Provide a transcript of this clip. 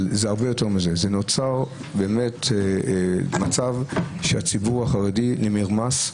זה הרבה יותר מזה, נוצר מצב שהציבור החרדי נרמס,